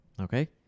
Okay